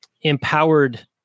empowered